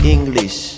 English